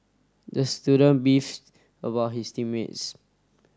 the student beefed about his team mates